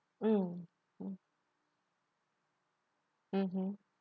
mm mm mmhmm